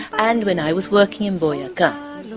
and when i was working in boyaca,